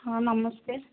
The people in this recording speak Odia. ହଁ ନମସ୍ତେ